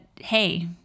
hey